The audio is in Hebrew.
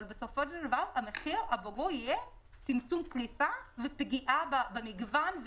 אבל בסופו של דבר המחיר הברור של זה יהיה צמצום כניסה ופגיעה במגוון,